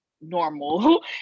normal